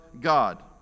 God